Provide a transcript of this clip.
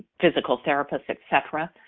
physical therapists, et cetera,